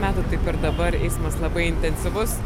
metų taip ir dabar eismas labai intensyvus